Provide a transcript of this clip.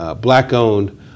black-owned